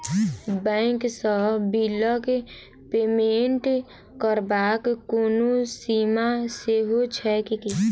Bank सँ बिलक payment करबाक कोनो सीमा सेहो छैक की?